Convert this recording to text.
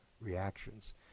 reactions